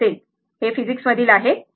हे फिजिक्स मधील आहे बरोबर